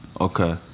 Okay